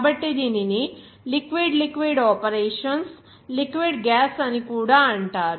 కాబట్టి దీనిని liquid liquid operations liquid gas అని కూడా అంటారు